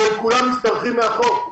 והם כולם משתרכים מאחור.